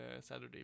Saturday